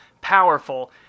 powerful